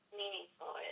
meaningful